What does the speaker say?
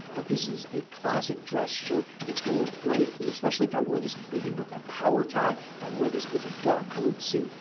but this is a classic dress shirt, it's going to look great and especially if i wear this maybe with that power tie, if i wear this with a dark-colored suit.